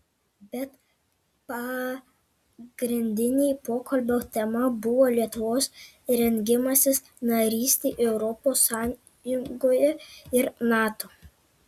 bet pagrindinė pokalbio tema buvo lietuvos rengimasis narystei europos sąjungoje ir nato